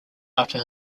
after